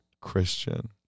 Christian